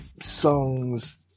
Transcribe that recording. songs